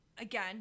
again